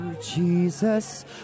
Jesus